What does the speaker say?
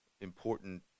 important